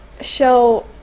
show